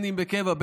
או בקבע,